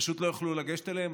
פשוט לא יוכלו לגשת אליהן,